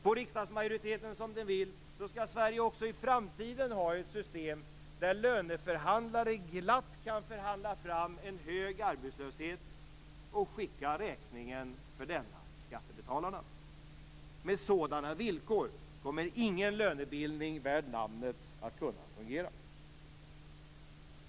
Om riksdagsmajoriteten får som den vill skall Sverige också i framtiden ha ett system där löneförhandlare glatt kan förhandla fram en hög arbetslöshet och skicka räkningen för denna till skattebetalarna. Med sådana villkor kommer ingen lönebildning värd namnet att kunna fungera.